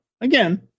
again